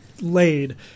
laid